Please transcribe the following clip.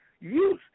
use